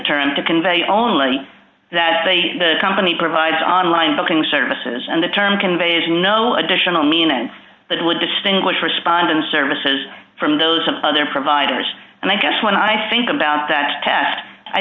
turn to convey only that the company provides online booking services and the term conveys no additional minas that would distinguish respond in services from those of other providers and i guess when i think about that test i